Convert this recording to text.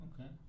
Okay